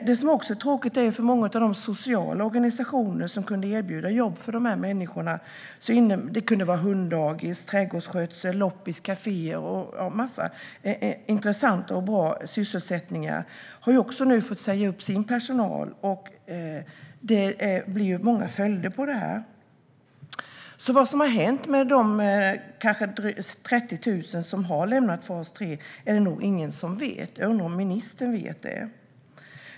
Det är också tråkigt att många sociala organisationer som kunde erbjuda jobb till de här människorna - hunddagis, trädgårdsskötsel, loppis, kaféer och en massa intressanta och bra sysselsättningar - nu har fått säga upp sin personal, vilket ger många följder. Vad som har hänt med de 30 000 som har lämnat fas 3 är det nog ingen som vet. Jag undrar om ministern vet det.